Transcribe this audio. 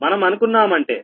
మనం అనుకున్నామంటే